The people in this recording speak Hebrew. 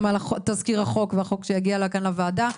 גם על תסקיר החוק והחוק שיגיע כאן לוועדה.